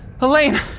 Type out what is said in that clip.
Elaine